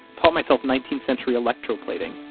taught myself nineteenth century electroplating,